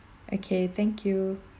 okay thank you